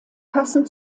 passen